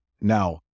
Now